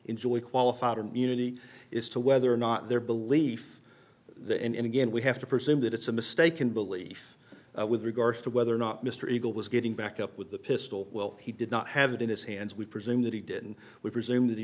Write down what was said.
enjoy qualified immunity is to whether or not their belief there and again we have to presume that it's a mistaken belief with regard to whether or not mr eagle was getting back up with the pistol well he did not have it in his hands we presume that he did and we presume that he